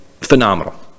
phenomenal